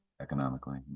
Economically